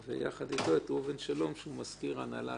ויחד אתו את ראובן שלום, מזכיר ההנהלה הציונית.